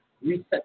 reset